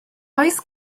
oes